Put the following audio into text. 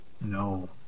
No